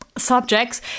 subjects